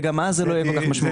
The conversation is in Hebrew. וגם אז זה לא יהיה כל כך משמעותי.